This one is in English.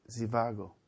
Zivago